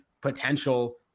potential